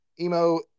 Emo